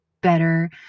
better